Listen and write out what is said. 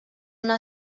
una